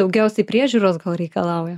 daugiausiai priežiūros gal reikalauja